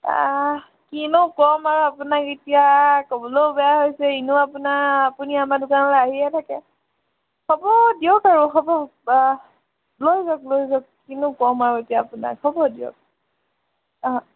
কিনো ক'ম আৰু আপোনাক এতিয়া ক'বলৈও বেয়া হৈছে এনেও আপোনাৰ আপুনি আমাৰ দোকানলৈ আহিয়ে থাকে হ'ব দিয়ক আৰু হ'ব লৈ যাওক লৈ যাওক কিনো ক'ম আৰু এতিয়া আপোনাক হ'ব দিয়ক অঁ